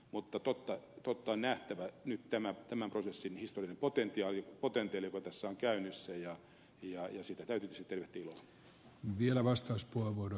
mutta totta on että on nähtävä nyt tämän prosessin joka on käynnissä historiallinen potentiaali ja sitä täytyy tietysti tervehtiä ilolla